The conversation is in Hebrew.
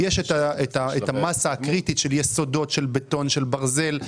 יש את המסה הקריטית של יסודות של בטון וברזל.